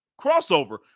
crossover